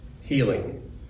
healing